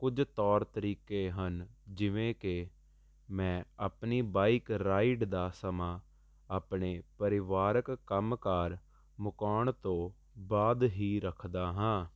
ਕੁਝ ਤੌਰ ਤਰੀਕੇ ਹਨ ਜਿਵੇਂ ਕਿ ਮੈਂ ਆਪਣੀ ਬਾਈਕ ਰਾਈਡ ਦਾ ਸਮਾਂ ਆਪਣੇ ਪਰਿਵਾਰਕ ਕੰਮਕਾਰ ਮੁਕਾਉਣ ਤੋਂ ਬਾਅਦ ਹੀ ਰੱਖਦਾ ਹਾਂ